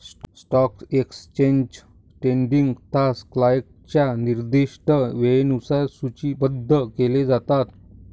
stock exchange trading तास क्लायंटच्या निर्दिष्ट वेळेनुसार सूचीबद्ध केले जातात